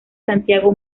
santiago